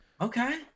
Okay